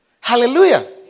Hallelujah